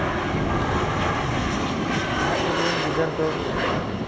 ᱱᱟᱦᱟᱜ ᱡᱩᱜᱽ ᱨᱮᱱ ᱜᱤᱫᱟᱹᱨ ᱫᱚ